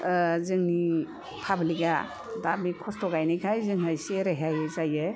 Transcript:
ओह जोंनि पाब्लिकआ दा बे खस्थ' गायनायखाय जोङो रेहाय जायो